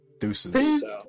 Deuces